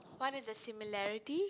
what is the similarity